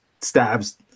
stabs